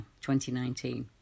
2019